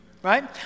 Right